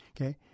Okay